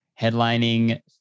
headlining